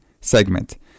segment